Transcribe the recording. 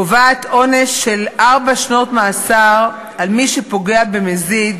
קובעת עונש של ארבע שנות מאסר על מי שפוגע במזיד